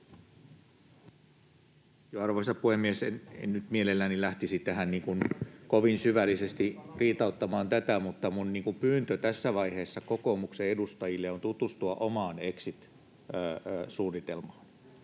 Arvoisa puhemies! En nyt mielelläni lähtisi kovin syvällisesti riitauttamaan tätä, mutta minun pyyntöni tässä vaiheessa kokoomuksen edustajille on, että tutustukaa omaan exit-suunnitelmaanne,